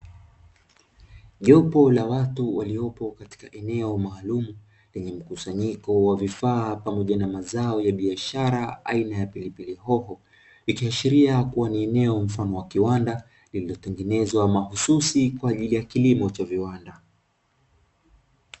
Jopo la watu waliopo katika eneo maalumu, lenye mkusanyiko wa vifaa pamoja na mazao ya biashara aina ya pilipili hoho, ikiashiria kuwa ni eneo mfano wa kiwanda iliyotengenezwa mahususi kwa ajili ya kilimo cha viwanda.